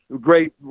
great